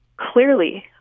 clearly